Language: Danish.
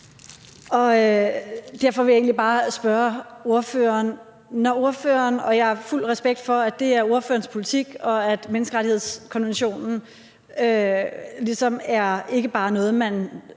heller ikke til det her forslag. Jeg har fuld respekt for, at det er ordførerens politik, og at menneskerettighedskonventionen ligesom er noget, man